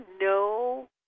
no